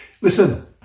Listen